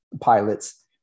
pilots